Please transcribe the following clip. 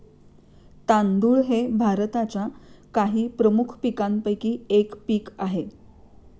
तांदूळ हे भारताच्या काही प्रमुख पीकांपैकी एक पीक आहे